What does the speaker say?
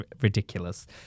ridiculous